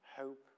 Hope